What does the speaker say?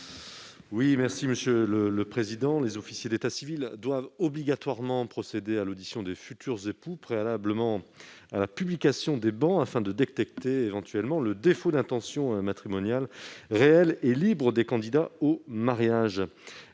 à M. Stéphane Le Rudulier. Les officiers d'état civil doivent obligatoirement procéder à l'audition des futurs époux, préalablement à la publication des bans, afin de détecter le défaut d'intention matrimoniale réelle et libre des candidats au mariage.